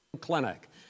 Clinic